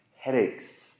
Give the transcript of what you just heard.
headaches